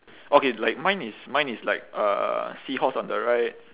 okay like mine is mine is like uh seahorse on the right